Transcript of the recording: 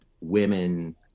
women